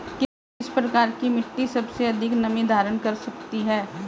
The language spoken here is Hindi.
किस प्रकार की मिट्टी सबसे अधिक नमी धारण कर सकती है?